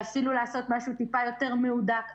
ואפילו לעשות משהו טיפה יותר מהודק,